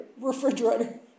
refrigerator